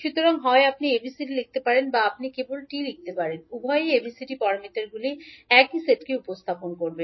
সুতরাং হয় আপনি ABCD লিখতে পারেন বা আপনি কেবল T লিখতে পারেন উভয়ই ABCD প্যারামিটারগুলির একই সেটকে উপস্থাপন করবে